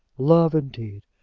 love, indeed.